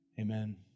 amen